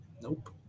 Nope